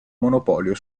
monopolio